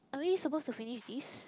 are we supposed to finish this